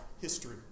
history